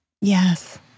Yes